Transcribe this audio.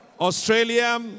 Australia